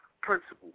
principle